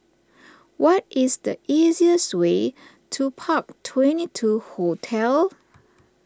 what is the easiest way to Park Twenty two Hotel